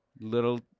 little-